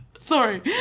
Sorry